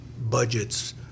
budgets